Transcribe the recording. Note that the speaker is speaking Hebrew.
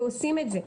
ועושים את זה.